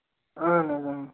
اَہَن حظ اۭں